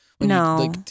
No